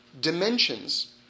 dimensions